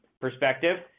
perspective